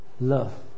Love